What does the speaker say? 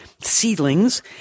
seedlings